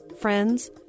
friends